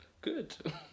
good